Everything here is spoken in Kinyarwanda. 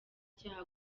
cyaha